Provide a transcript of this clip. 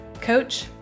coach